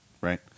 right